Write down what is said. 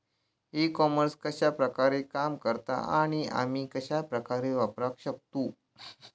E commerce कश्या प्रकारे काम करता आणि आमी कश्या प्रकारे वापराक शकतू?